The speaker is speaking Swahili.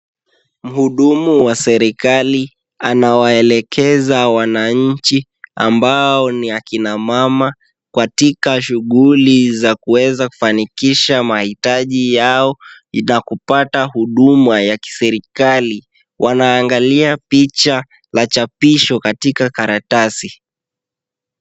Muhudumu wa serikali anawaelekeza wananchi ambao ni akina mama, katika shughuli za kuweza kufanikisha mahitaji yao ya kupata huduma ya kiserikali. Wanaangalia picha la chapisho katika karatasi.